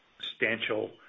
substantial